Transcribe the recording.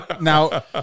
now